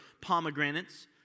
pomegranates